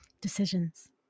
Decisions